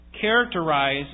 characterize